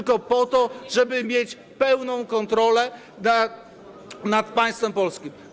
Tylko po to, żeby mieć pełną kontrolę nad państwem polskim.